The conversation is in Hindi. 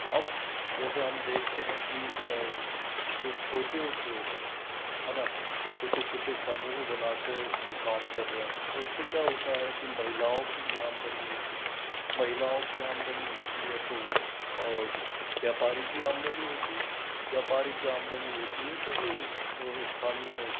अब जैसे हम देखते हैं कि जो छोटे उद्योग है है न छोटे छोटे समूह बना कर वह काम कर रहे हैं तो इससे क्या होता है कि महिलाओं की भी आमदनी होती महिलाओं की आमदनी होती है तो व्यापारी की आमदनी होती है व्यापारी की आमदनी होती है तो जो स्थानीय